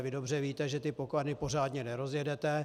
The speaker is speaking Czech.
Vy dobře víte, že ty pokladny pořádně nerozjedete.